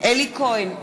אלי כהן,